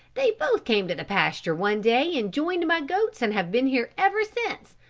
they both came to the pasture one day and joined my goats and have been here ever since.